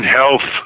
health